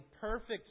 perfect